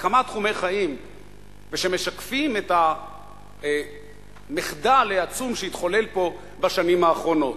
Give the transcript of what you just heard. לכמה תחומי חיים שמשקפים את המחדל העצום שהתחולל פה בשנים האחרונות: